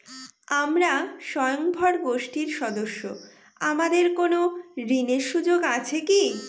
আমরা স্বয়ম্ভর গোষ্ঠীর সদস্য আমাদের কোন ঋণের সুযোগ আছে কি?